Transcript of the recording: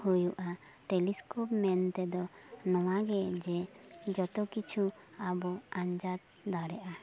ᱦᱩᱭᱩᱜᱼᱟ ᱴᱮᱞᱤᱥᱠᱳᱯ ᱢᱮᱱᱛᱮ ᱫᱚ ᱱᱚᱣᱟᱜᱮ ᱡᱮ ᱡᱚᱛᱚ ᱠᱤᱪᱷᱩ ᱟᱵᱚ ᱟᱧᱡᱟᱛ ᱫᱟᱲᱮᱜᱼᱟ